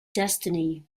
destiny